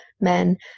men